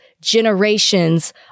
generations